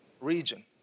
region